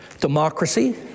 democracy